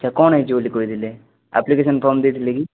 ଆଚ୍ଛା କ'ଣ ହେଇଛି ବୋଲି କହିଥିଲେ ଆପ୍ଲିକେସନ୍ ଫର୍ମ୍ ଦେଇଥିଲେ କି